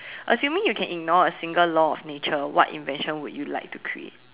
assuming you can ignore a single law of nature what invention would you like to create